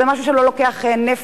זה משהו שלא לוקח נפח,